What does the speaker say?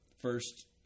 first